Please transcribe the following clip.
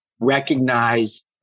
recognize